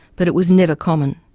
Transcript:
but it was never common.